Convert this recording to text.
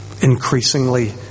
increasingly